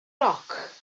roc